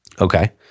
Okay